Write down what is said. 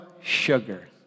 sugar